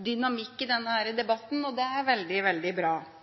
dynamikk i denne debatten, og det er veldig bra. Jeg er veldig